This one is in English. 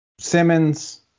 Simmons